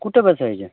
कुठ बसायचं